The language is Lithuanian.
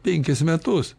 penkis metus